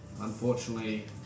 Unfortunately